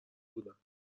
بودم